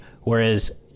whereas